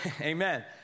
Amen